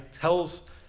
tells